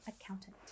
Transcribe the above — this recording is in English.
accountant